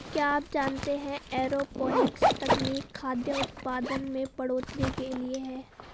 क्या आप जानते है एरोपोनिक्स तकनीक खाद्य उतपादन में बढ़ोतरी के लिए है?